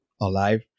alive